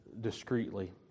discreetly